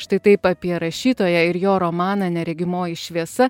štai taip apie rašytoją ir jo romaną neregimoji šviesa